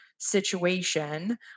situation